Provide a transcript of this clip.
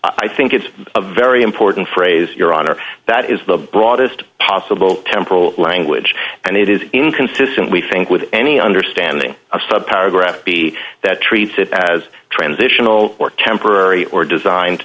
i think it's a very important phrase your honor that is the broadest possible temporal language and it is inconsistent we think with any understanding a sub paragraph be that treats it as transitional or temporary or designed